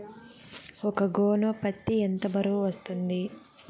ఒక గోనె పత్తి ఎంత బరువు వస్తుంది?